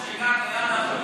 כבוד חבר הכנסת,